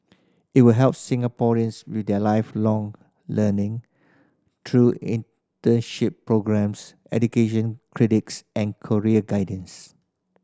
it will help Singaporeans with their Lifelong Learning through internship programmes education credits and career guidance